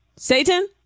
Satan